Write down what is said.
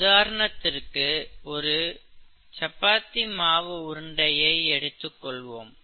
உதாரணத்திற்கு ஒரு சப்பாத்தி மாவு உருண்டையை எடுத்துக் கொள்வோம்